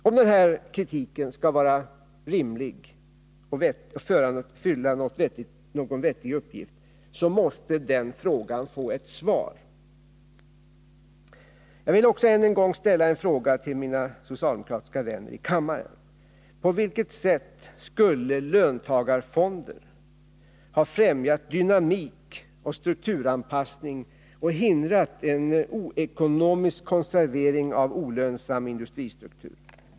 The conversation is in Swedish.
Om den här kritiken skall vara rimlig och fylla någon vettig uppgift, måste den frågan få ett svar. Jag vill också n en gång ställa en fråga till mina socialdemokratiska vänner i kammaren. På vilket sätt skulle löntagarfonder ha främjat dynamik och strukturanpassning och hindrat en oekonomisk konservering av olönsam industristruktur?